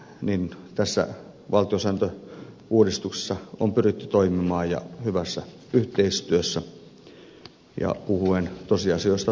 niin tässä valtiosääntöuudistuksessa on pyritty toimimaan ja hyvässä yhteistyössä ja puhuen tosiasioista tosiasioina